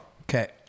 Okay